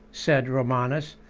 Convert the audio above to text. said romanus,